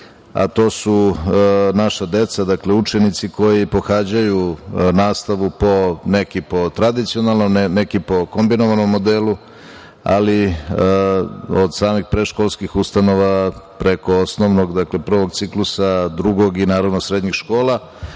a to su naša deca, dakle, učenici koji pohađaju nastavu, neki po tradicionalnom, neki po kombinovanom modelu, ali od samih predškolskih ustanova, preko osnovnog, dakle prvog ciklusa, drugog i naravno srednjih škola